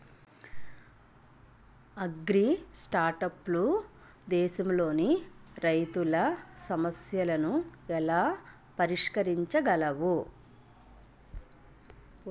అగ్రిస్టార్టప్లు దేశంలోని రైతుల సమస్యలను ఎలా పరిష్కరించగలవు?